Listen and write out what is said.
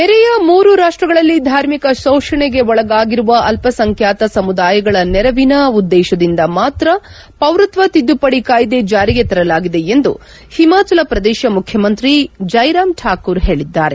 ನೆರೆಯ ಮೂರು ರಾಷ್ಷಗಳಲ್ಲಿ ಧಾರ್ಮಿಕ ಶೋಷಣೆಗೆ ಒಳಗಾಗಿರುವ ಅಲ್ಪಸಂಖ್ಯಾತ ಸಮುದಾಯಗಳ ನೆರವಿನ ಉದ್ದೇಶದಿಂದ ಮಾತ್ರ ಪೌರತ್ವ ತಿದ್ದುಪಡಿ ಕಾಯ್ದೆ ಜಾರಿಗೆ ತರಲಾಗಿದೆ ಎಂದು ಹಿಮಾಚಲ ಪ್ರದೇಶ ಮುಖ್ಯಮಂತ್ರಿ ಜ್ಞೆರಾಮ್ ಠಾಕೂರ್ ಹೇಳಿದ್ದಾರೆ